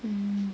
mm